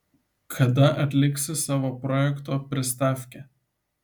kada atliksi savo projekto pristavkę